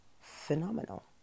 phenomenal